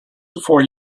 for